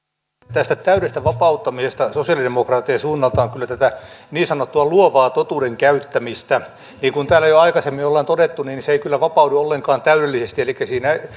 tästä täydestä vapauttamisesta sosiaalidemokraattien suunnalta on kyllä tätä niin sanottua luovaa totuuden käyttämistä niin kuin täällä jo aikaisemmin ollaan todettu se ei kyllä vapaudu ollenkaan täydellisesti elikkä siinä